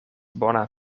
bona